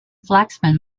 flaxman